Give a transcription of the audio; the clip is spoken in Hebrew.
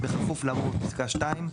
בכפוף לאמור בפסקה (2),